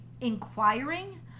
inquiring